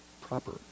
proper